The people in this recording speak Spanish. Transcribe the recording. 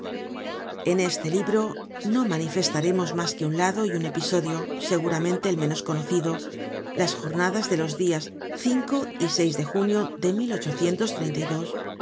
en este libro no manifestaremos mas que un lado y un episodio seguramente el menos conocido las jornadas de los dias y de junio de pero lo haremos de